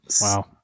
Wow